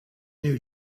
new